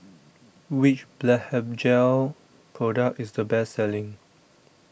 Which Blephagel Product IS The Best Selling